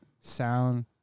sound